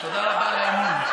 תודה רבה על האמון.